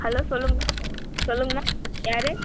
hello சொல்லுங்க சொல்லுங்கம்மா யார்